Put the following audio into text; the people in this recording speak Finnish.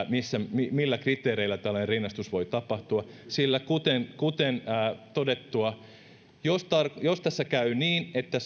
millä millä kriteereillä tällainen rinnastus voi tapahtua sillä kuten kuten todettua jos tässä käy niin että